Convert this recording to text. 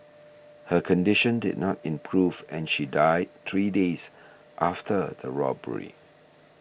her condition did not improve and she died three days after the robbery